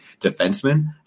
defenseman